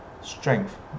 strength